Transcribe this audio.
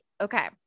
okay